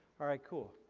alright, cool.